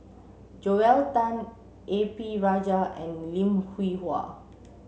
Joel Tan A P Rajah and Lim Hwee Hua